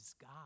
God